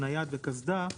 נייד וקסדה,